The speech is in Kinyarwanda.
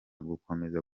gukomeza